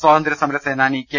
സ്വാത ന്ത്ര്യസമര സേനാനി കെ